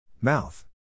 Mouth